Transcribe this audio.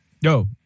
Yo